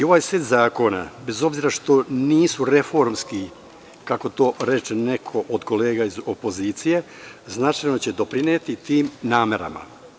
Ovaj set zakona, bez obzira što nisu reformski, kako to reče neko od kolega iz opozicije, značajno će doprineti tim namerama.